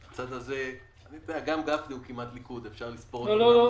גם גפני הוא כמעט ליכוד, אפשר לספור אותו כליכוד.